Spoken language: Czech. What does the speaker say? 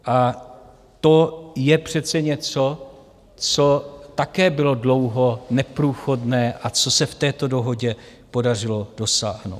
A to je přece něco, co také bylo dlouho neprůchodné a co se v této dohodě podařilo dosáhnout.